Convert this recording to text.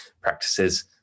practices